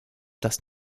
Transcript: das